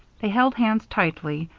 they held hands tightly,